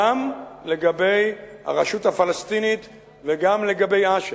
גם לגבי הרשות הפלסטינית וגם לגבי אש"ף.